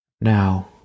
Now